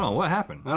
um what happened?